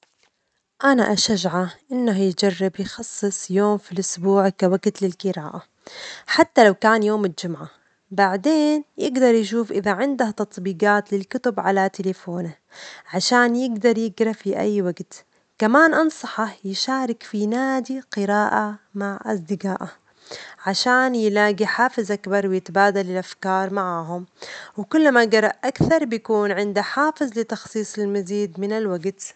أنا أشجعه إنه يجرب يخصص يوم في الأسبوع كوجت للجراءة، حتى لو كان يوم الجمعة، بعدين يجدر يشوف إذا عنده تطبيجات للكتب على تلفونه، عشان يجدر يجرأ في أي وقت، كمان أنصحه يشارك في نادي الجراءة مع أصدجائه، عشان يلاجي حافزًا ويتبادل الأفكار معهم، وكلما جرأ أكثر، بيكون عنده حافز لتخصيص المزيد من الوجت للجراءة.